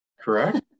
correct